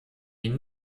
ihn